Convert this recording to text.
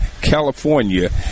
California